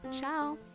ciao